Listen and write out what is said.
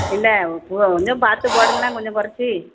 இல்லை கொஞ்சம் பார்த்து போடுங்களேன் கொஞ்சம் குறைச்சி